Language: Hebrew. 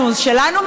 שלנו.